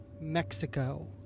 Mexico